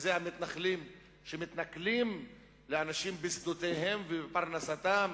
שזה המתנחלים שמתנכלים לאנשים בשדותיהם ובפרנסתם,